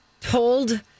told